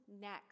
next